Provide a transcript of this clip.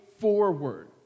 forward